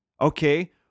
Okay